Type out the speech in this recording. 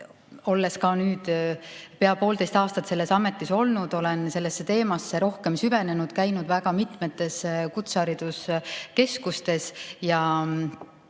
Olles nüüd pea poolteist aastat selles ametis olnud, olen sellesse teemasse rohkem süvenenud, käinud väga mitmetes kutsehariduskeskustes ja